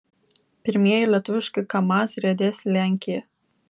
pirmieji lietuviški kamaz riedės į lenkiją